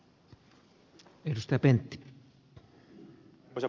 arvoisa puhemies